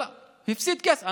הפסיד כסף.